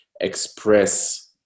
express